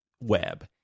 web